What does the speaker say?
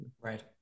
right